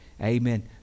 amen